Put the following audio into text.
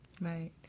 Right